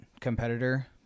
competitor